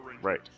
right